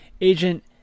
Agent